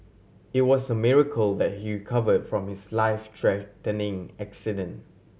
it was a miracle that he recovered from his life threatening accident